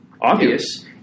Obvious